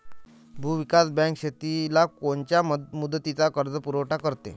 भूविकास बँक शेतीला कोनच्या मुदतीचा कर्जपुरवठा करते?